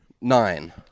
nine